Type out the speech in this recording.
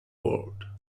world